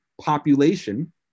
population